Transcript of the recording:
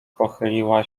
pochyliła